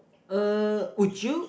uh would you